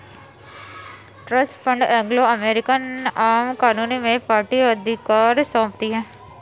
trust fund Anglo American आम कानून में पार्टी अधिकार सौंपती है